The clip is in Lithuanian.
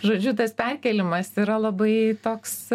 žodžiu tas perkėlimas yra labai toks